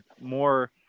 more